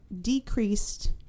decreased